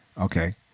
Okay